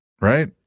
right